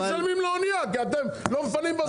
אז משלמים לאנייה, כי אתם לא מפנים בזמן.